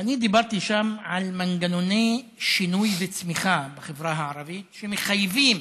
ואני דיברתי שם על מנגנוני שינוי וצמיחה בחברה הערבית שמחייבים,